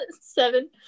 seven